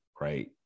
right